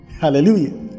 hallelujah